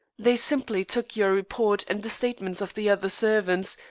they simply took your report and the statements of the other servants,